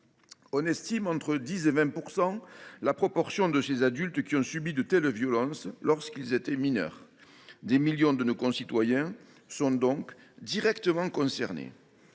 en France, entre 10 % et 20 % la proportion d’adultes ayant subi de telles violences lorsqu’ils étaient mineurs : des millions de nos concitoyens sont donc directement concernés.